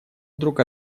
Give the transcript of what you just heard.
вдруг